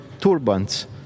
turbans